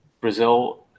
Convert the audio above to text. Brazil